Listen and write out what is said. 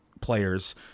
players